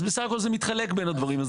אז בסך הכול זה מתחלק בין הדברים.